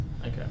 Okay